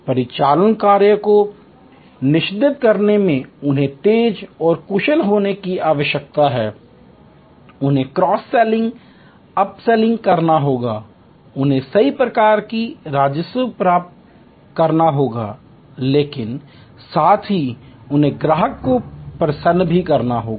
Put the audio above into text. परिचालन कार्य को निष्पादित करने में उन्हें तेज और कुशल होने की आवश्यकता है उन्हें क्रॉस सेलिंग अप सेलिंग करना होगा उन्हें सही प्रकार का राजस्व प्राप्त करना होगा लेकिन साथ ही उन्हें ग्राहक को प्रसन्न करना होगा